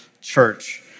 church